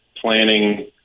planning